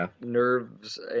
nerves